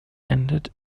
ended